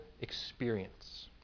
experience